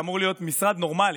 שאמור להיות משרד נורמלי,